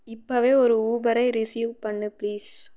இப்போவே ஒரு ஊபரை ரிசீவ் பண்ணு ப்ளீஸ்